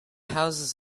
houses